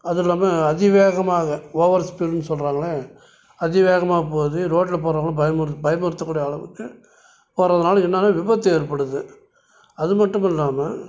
அது இல்லாமல் அதிவேகமாக ஓவர் ஸ்பீடுன்னு சொல்கிறாங்கள்ல அதிவேகமாக போகிறது ரோட்டில் போறவங்கள பயமுர் பயமுறுத்தக்கூடிய அளவுக்கு போகிறதுனால என்னன்னா விபத்து ஏற்படுது அது மட்டும் இல்லாமல்